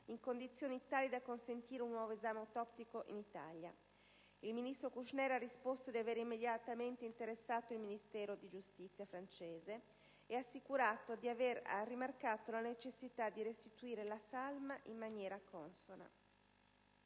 in condizioni tali da consentire un nuovo esame in Italia. Il ministro Kouchner ha risposto di aver immediatamente interessato il Ministro della giustizia francese e ha assicurato di aver rimarcato la necessità di restituire la salma in maniera consona.